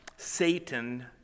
Satan